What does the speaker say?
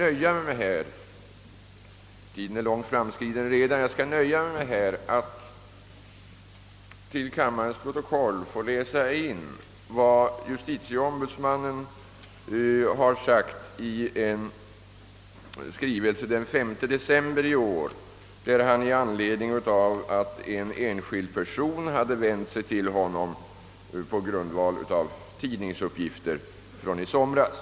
Tiden är redan långt framskriden, och jag kan därför nu nöja mig med att till kammarens protokoll läsa in vad justitieombudsmannen har anfört i en skrivelse av den 5 december i år i anledning av att en enskild person hade vänt sig till honom på grundval av tidningsuppgifter från i somras.